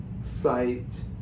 sight